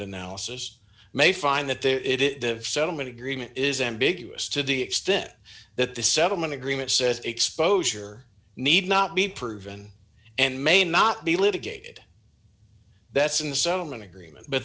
analysis may find that there it is the settlement agreement is ambiguous to the extent that the settlement agreement says exposure need not be proven and may not be litigated that's in settlement agreement but